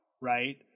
right